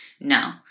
no